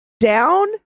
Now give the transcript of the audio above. Down